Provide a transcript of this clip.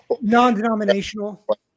Non-denominational